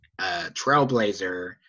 trailblazer